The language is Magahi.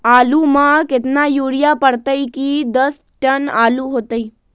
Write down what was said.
आलु म केतना यूरिया परतई की दस टन आलु होतई?